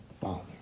Father